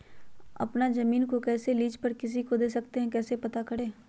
अपना जमीन को कैसे लीज पर किसी को दे सकते है कैसे पता करें?